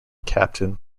captain